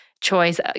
Choice